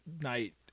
night